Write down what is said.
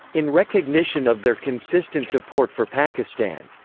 in recognition of their consistent support for pakistan.